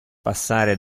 passare